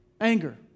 anger